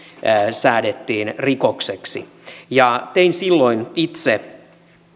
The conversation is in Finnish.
säädettiin rikokseksi tein silloin itse